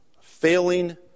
Failing